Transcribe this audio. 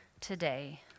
today